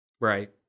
right